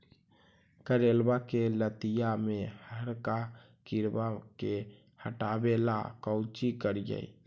करेलबा के लतिया में हरका किड़बा के हटाबेला कोची करिए?